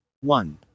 one